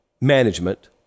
management